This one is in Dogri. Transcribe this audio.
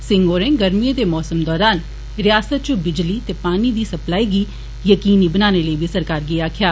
सिंह होरें गर्मिए दे मौसम दौरान रियासत च बिजली ते पानी दी सप्लाई गी यकीनी बनाने लेई बी सरकार गी आक्खेआ